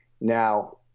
Now